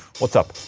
what's up?